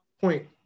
Point